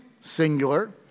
singular